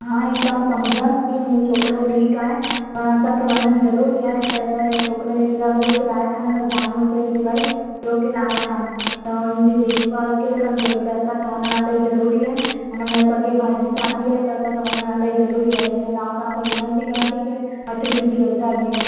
हा हीउ तव्हां समुझांसि थी मुंहिंजो छोकिरो वीक आहे पर असांखे वञणु ज़रूरी आहे त छोकिरे लाइ ॿियो केरु आहे कान असांजे ज़ाल मुड़स जे सवाइ ॿियो केरु आहे कान त उनजी देखभाल केरु कंदो एटले असांखे वञणु इलाही ज़रूरी आहे अन मुंहिंजे सॻे भाउ जी शादी आहे त असांखे वञणु इलाही ज़रूरी आहे त इन ॻाल्हि खां तव्हांखे विनती करां थी की अठ ॾींहं जी रज़ा ॾियो